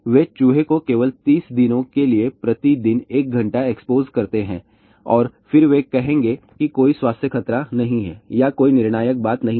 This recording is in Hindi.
वे चूहे को केवल 30 दिनों के लिए प्रति दिन एक घंटा एक्सपोज़ करते हैं और फिर वे कहेंगे कि कोई स्वास्थ्य खतरा नहीं है या कोई निर्णायक बात नहीं है